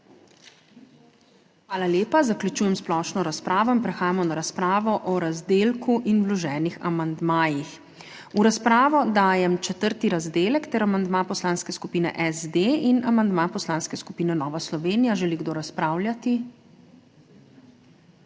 Hvala lepa. Zaključujem splošno razpravo. Prehajamo na razpravo o razdelku in vloženih amandmajih. V razpravo dajem četrti razdelek ter amandma Poslanske skupine SD in amandma Poslanske skupine Nova Slovenija. Želi kdo razpravljati?